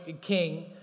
king